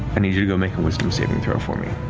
i need you to make a wisdom saving throw for me.